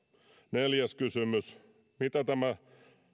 neljäs kysymys mitä tämä